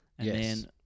Yes